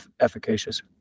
efficacious